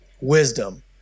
wisdom